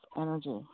energy